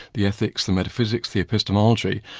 the ethics, the metaphysics, the epistemology,